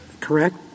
correct